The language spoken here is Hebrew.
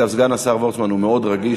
סגן השר וורצמן הוא מאוד רגיש,